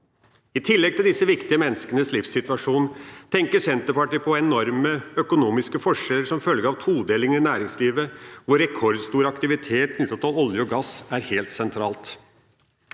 I tillegg til disse viktige menneskenes livssituasjon, tenker Senterpartiet på de enorme økonomiske forskjeller som følger av todelingen i næringslivet, hvor rekordstor aktivitet knyttet til olje og gass er helt sentralt.